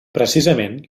precisament